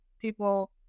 people